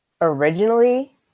originally